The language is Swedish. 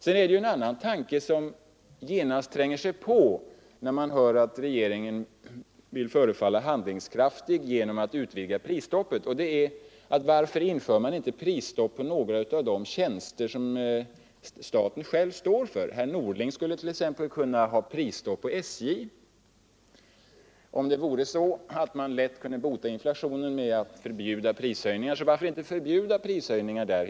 En annan tanke som genast tränger sig på när man hör att regeringen vill förefalla handlingskraftig genom att utvidga prisstoppet är: Varför inför man inte prisstopp på några av de tjänster som staten själv står för? Herr Norling skulle t.ex. kunna ha prisstopp på SJ. Om man tror att man lätt kan bota inflationen genom att förbjuda prishöjningar, så varför inte helt och hållet förbjuda prishöjningar där?